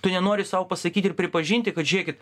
tu nenori sau pasakyti ir pripažinti kad žiūrėkit